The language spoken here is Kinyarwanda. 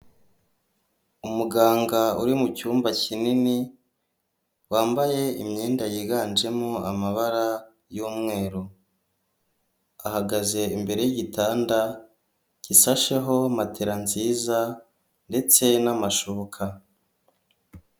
Umuganga uri mu cyumba kinini wambaye imyenda yiganjemo amabara y'umweru, ahagaze imbere y'igitanda gishasheho matera nziza ndetse n'amashuka.